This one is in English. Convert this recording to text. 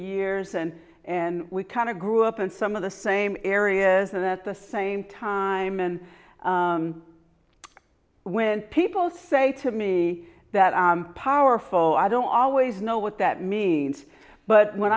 years and and we kind of grew up in some of the same areas that at the same time in when people say to me that powerful i don't always know what that means but when